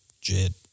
Jed